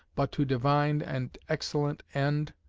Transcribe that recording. but to divine and excellent end,